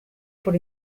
por